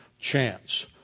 chance